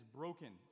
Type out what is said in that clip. broken